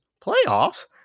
playoffs